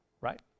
right